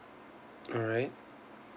alright